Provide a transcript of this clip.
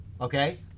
okay